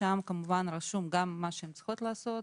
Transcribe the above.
שם רשום גם מה שהן צריכות לעשות,